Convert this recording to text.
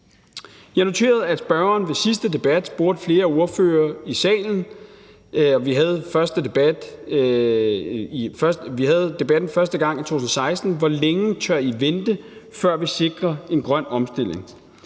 har noteret, at ordføreren for forslagsstillerne spurgte flere ordførere i salen, da vi havde debatten første gang i 2016: Hvor længe tør I vente, før vi sikrer en grøn omstilling?